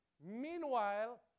Meanwhile